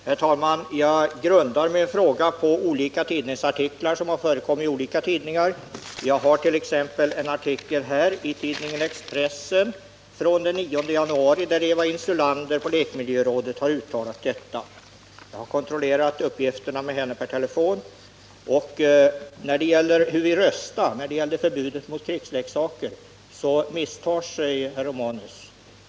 Herr talman! Jag grundar min fråga på artiklar från olika tidningar. Jag har 1. ex. i min hand en artikel i Expressen av den 9 januari, där Eva Insulander från lekmiljörådet har uttalat sig. Jag har kontrollerat uppgifterna med henne per telefon. När det gäller omröstningen om förbudet mot krigsleksaker misstar sig Gabriel Romanus.